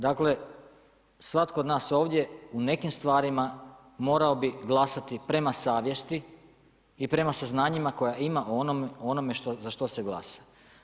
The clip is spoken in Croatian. Dakle, svatko od nas ovdje u nekim stvarima morao bi glasati prema savjesti i prema saznanjima koja ima u onome za što se glasa.